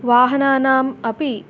वाहनानाम् अपि